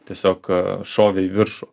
tiesiog šovė į viršų